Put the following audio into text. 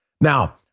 Now